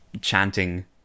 chanting